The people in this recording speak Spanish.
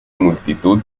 multitud